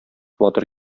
батыр